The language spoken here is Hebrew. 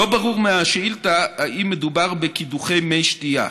לא ברור מהשאילתה אם מדובר בקידוחי מי שתייה.